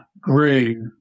grew